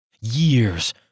Years